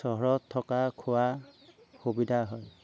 চহৰত থকা খোৱা সুবিধা হয়